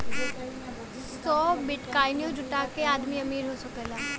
सौ बिट्काइनो जुटा के आदमी अमीर हो सकला